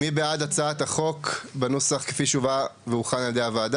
מי בעד הצעת החוק בנוסף כפי שהובא והוכן על ידי הוועדה,